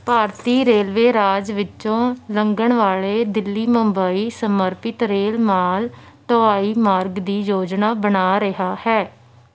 ਭਾਰਤੀ railway ਰਾਜ ਵਿੱਚੋਂ ਲੰਘਣ ਵਾਲੇ ਦਿੱਲੀ ਮੁੰਬਈ ਸਮਰਪਿਤ ਰੇਲ ਮਾਲ ਢੁਆਈ ਮਾਰਗ ਦੀ ਯੋਜਨਾ ਬਣਾ ਰਿਹਾ ਹੈ